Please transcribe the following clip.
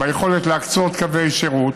ביכולת להקצות קווי שירות,